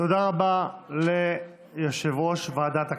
תודה רבה ליושב-ראש ועדת הכנסת.